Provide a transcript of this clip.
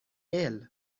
الروز